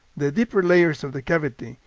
the deeper layers of the cavity,